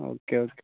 okay okay